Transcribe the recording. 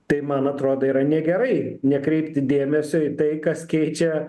tai man atrodo yra negerai nekreipti dėmesio į tai kas keičia